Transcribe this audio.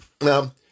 Now